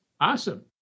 Awesome